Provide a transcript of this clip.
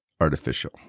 artificial